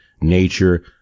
Nature